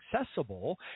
accessible